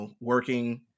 working